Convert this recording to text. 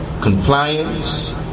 compliance